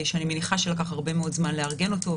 אני מניחה שלקח הרבה מאוד זמן לארגן אותו,